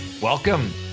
Welcome